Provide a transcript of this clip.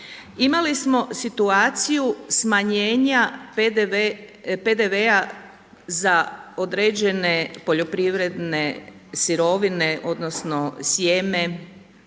Imali smo situaciju smanjenja PDV-a za određene poljoprivredne sirovine odnosno sjeme